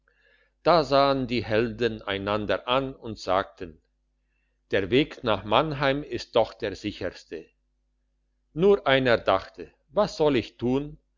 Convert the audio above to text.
da sahen die helden einander an und sagten der weg nach mannheim ist doch der sicherste nur einer dachte was soll ich tun